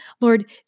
Lord